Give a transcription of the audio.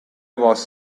was